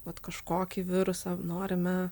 vat kažkokį virusą norime